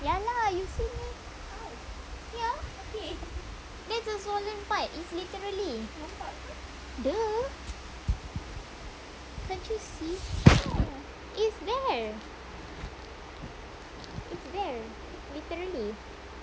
ya lah you see it's the swollen part literally !duh! can't you see it's there it's there literally